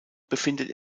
befindet